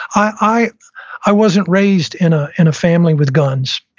i i wasn't raised in ah in a family with guns.